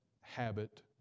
habit